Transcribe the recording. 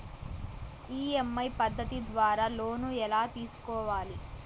EMI పద్ధతి ద్వారా loan ఎలా తీసుకోవాలి